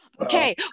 Okay